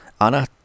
Anna